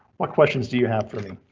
what questions do you have for me?